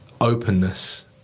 openness